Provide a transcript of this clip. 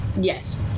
Yes